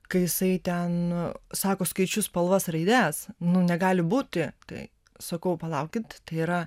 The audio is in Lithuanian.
kai jisai ten sako skaičius spalvas raides nu negali būti tai sakau palaukit tai yra